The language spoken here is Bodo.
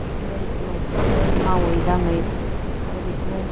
बिदिनो न'फ्रावबो मावै दाङै आरो बिदिनो